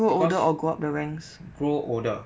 grow older or go up the ranks